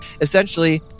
essentially